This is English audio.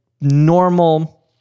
normal